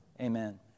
Amen